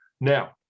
Now